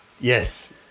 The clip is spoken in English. yes